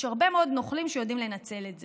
יש הרבה מאוד נוכלים שיודעים לנצל את זה.